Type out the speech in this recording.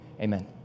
Amen